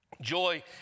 Joy